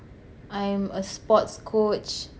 I am a sports coach